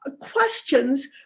questions